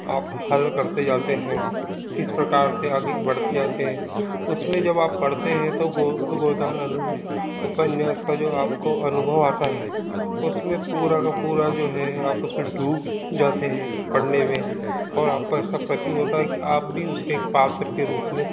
आप हल करते जाते हैं किस प्रकार से आगे बढ़ते जाते हैं उसमें जब आप पढ़ते हैं तो गोदान अनुरूप उपन्यास का जो आपको अनुभव आता है उसमें पूरा का पूरा जो है आप उसमें डूब जाते है पढ़ने में और आपको ऐसा प्रतीत होता है कि आप भी उसके एक पात्र के रूप में